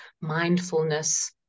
Mindfulness